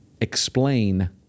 explain